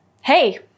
hey